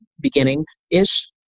beginning-ish